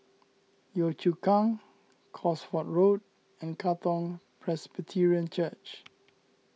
Yio Chu Kang Cosford Road and Katong Presbyterian Church